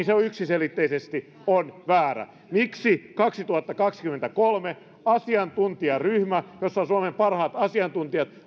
yksiselitteisesti on väärä miksi kaksituhattakaksikymmentäkolme asiantuntijaryhmä jossa on suomen parhaat asiantuntijat